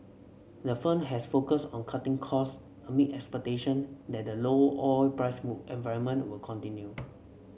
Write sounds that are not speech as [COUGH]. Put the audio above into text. the firm has focused on cutting cost amid expectation that the low oil price [UNINTELLIGIBLE] environment will continue